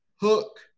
Hook